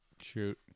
Shoot